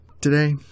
Today